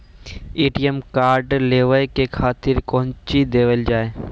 ATM card लेवे के खातिर कौंची देवल जाए?